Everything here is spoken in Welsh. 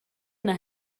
yna